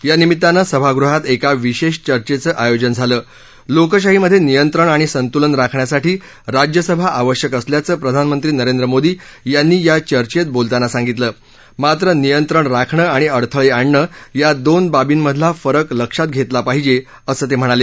या निमित्तान सिभागृहात एका विशेष चर्चेच वियोजन झाल लोकशाहीमध्ये नियक्ती आणि संसुकन राखण्यासाठी राज्यसभा आवश्यक असल्याच विधानमक्ती नरेंद्र मोदी यासी या चर्चेत बोलताना साधितल क्रित्र नियक्षि राखण क्रिणि अडथळे आणणक्रि दोन बाबींमधला फरक लक्षात घेतला पाहिजे असती म्हणाले